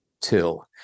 Till